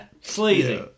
Sleazy